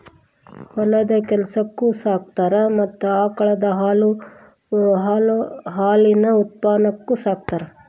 ಹೊಲದ ಕೆಲಸಕ್ಕು ಸಾಕತಾರ ಮತ್ತ ಆಕಳದ ಹಾಲು ಹಾಲಿನ ಉತ್ಪನ್ನಕ್ಕು ಸಾಕತಾರ